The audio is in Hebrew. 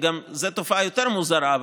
וזאת תופעה יותר מוזרה,